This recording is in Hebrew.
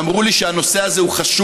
ואמרו לי שהנושא הזה חשוב,